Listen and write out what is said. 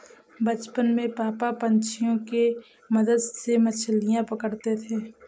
बचपन में पापा पंछियों के मदद से मछलियां पकड़ते थे